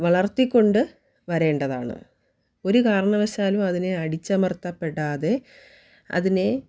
വളർത്തിക്കൊണ്ട് വരേണ്ടതാണ് ഒരു കാരണവശാലും അതിനെ അടിച്ചമർത്തപ്പെടാതെ അതിനെ